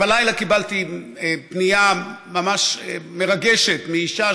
בלילה קיבלתי פנייה ממש מרגשת מאישה